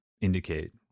indicate